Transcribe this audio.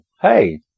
hey